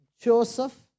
Joseph